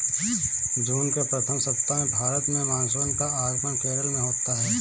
जून के प्रथम सप्ताह में भारत में मानसून का आगमन केरल में होता है